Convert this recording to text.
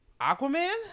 Aquaman